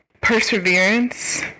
perseverance